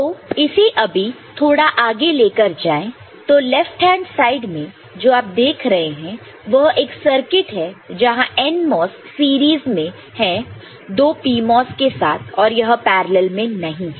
तो इसे अभी थोड़ा आगे लेकर जाएं तो लेफ्ट हैंड साइड में जो आप देख रहे हैं वह एक सर्किट है जहां NMOS सीरीज में है दो PMOS के साथ और यह पैरलल में नहीं है